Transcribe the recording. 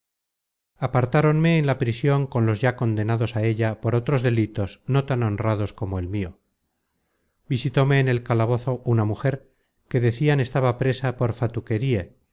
at apartáronme en la prision con los ya condenados á ella por otros delitos no tan honrados como el mio visitóme en el calabozo una mujer que decian estaba presa por fatucherie que